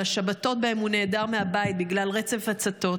על השבתות שבהן הוא נעדר מהבית בגלל רצף הצתות